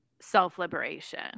self-liberation